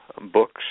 books